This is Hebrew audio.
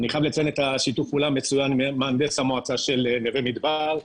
אני חייב לציין את שיתוף הפעולה המצוין עם מהנדס המועצה של נווה מדבר,